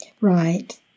Right